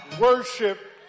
Worship